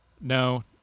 No